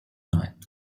night